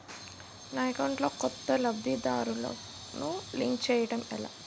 నా అకౌంట్ లో కొత్త లబ్ధిదారులను లింక్ చేయటం ఎలా?